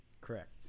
Correct